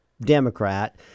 Democrat